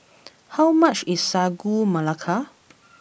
how much is Sagu Melaka